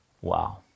Wow